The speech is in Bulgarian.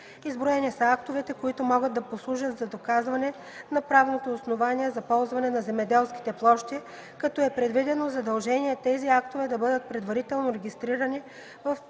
Изброени са актовете, които могат да послужат за доказване на правното основание за ползване на земеделските площи, като е предвидено задължение тези актове да бъдат предварително регистрирани в